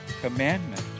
commandment